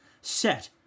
Set